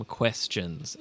questions